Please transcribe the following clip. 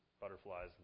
butterflies